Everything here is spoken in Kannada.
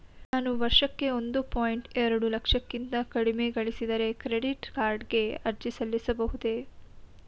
ನಾನು ವರ್ಷಕ್ಕೆ ಒಂದು ಪಾಯಿಂಟ್ ಎರಡು ಲಕ್ಷಕ್ಕಿಂತ ಕಡಿಮೆ ಗಳಿಸಿದರೆ ಕ್ರೆಡಿಟ್ ಕಾರ್ಡ್ ಗೆ ಅರ್ಜಿ ಸಲ್ಲಿಸಬಹುದೇ?